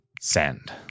Send